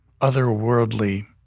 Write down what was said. otherworldly